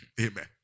Amen